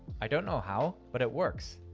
i don't know how, but it works.